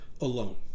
alone